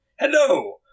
Hello